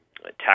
tax